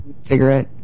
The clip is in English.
cigarette